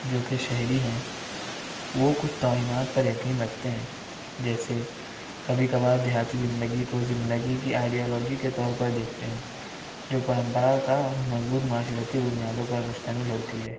جوکہ شہری ہیں وہ کچھ توہمات پر یقین رکھتے ہیں جیسے کبھی کبھار دیہاتی زندگی کو زندگی کی آئیڈیالوجی کے طور پر دیکھتے ہیں جو پرمپرا کار مضبوط معاشرتی بنیادوں پر مشتمل ہوتی ہے